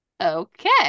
okay